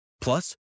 Plus